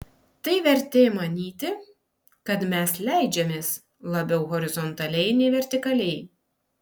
tai vertė manyti kad mes leidžiamės labiau horizontaliai nei vertikaliai